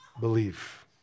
believe